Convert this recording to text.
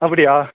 அப்படியா